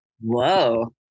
Whoa